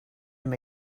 him